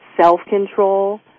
self-control